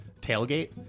tailgate